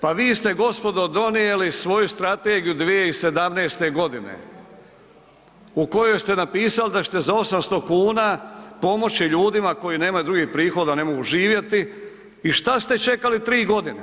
Pa vi ste gospodo donijeli svoju strategiju 2017.g. u kojoj ste napisali da ćete za 800,00 kn pomoći ljudima koji nemaju drugih prihoda, ne mogu živjeti i šta ste čekali 3.g.